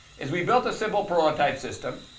is we built a simple prototype system.